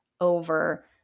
over-